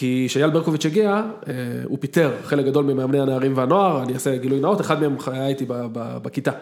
‫כי שאייל ברקוביץ' הגיע, ‫הוא פיטר חלק גדול ‫ממאמני הנערים והנוער. ‫אני אעשה גילוי נאות, ‫אחד מהם היה איתי בכיתה.